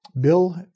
Bill